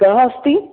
कः अस्ति